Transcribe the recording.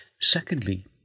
Secondly